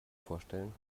vorstellen